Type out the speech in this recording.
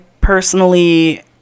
personally